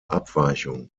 abweichung